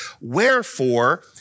Wherefore